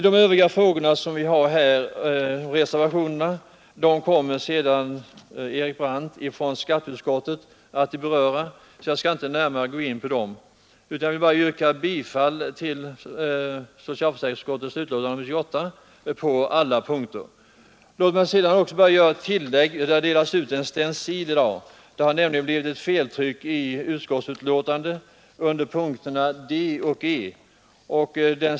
De övriga frågorna, som är upptagna i reservationerna, kommer Erik Brandt från skatteutskottet att beröra. Jag skall därför inte gå närmare in på dem utan ber att på alla punkter få yrka bifall till socialförsäkringsutskottets betänkande nr 28. Låt mig bara göra ett tillägg. Det har i dag delats ut en stencil om ett feltryck i utskottets hemställan under punkterna D och E.